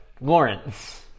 Lawrence